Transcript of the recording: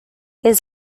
his